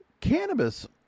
cannabis